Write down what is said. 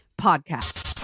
Podcast